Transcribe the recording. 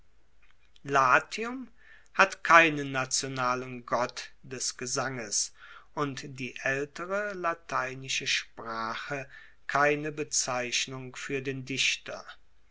latium hat keinen nationalen gott des gesanges und die aeltere lateinische sprache keine bezeichnung fuer den dichter